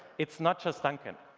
it's not just dunkin'.